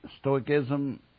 Stoicism